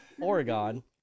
Oregon